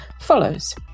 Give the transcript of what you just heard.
follows